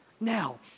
Now